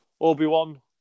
Obi-Wan